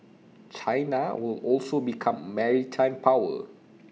China will also become maritime power